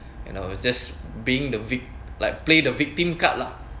you know just being the vic~ like play the victim card lah